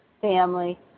family